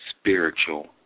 spiritual